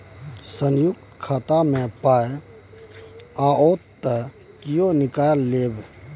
संयुक्त खाता मे पाय आओत त कियो निकालि लेब